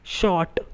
short